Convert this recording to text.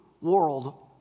world